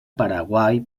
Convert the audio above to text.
paraguai